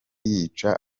yica